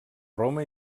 roma